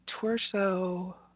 torso